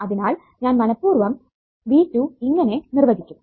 അതിനാൽ ഞാൻ മനഃപൂർവ്വം V2 ഇങ്ങനെ നിർവചിക്കും